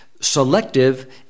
selective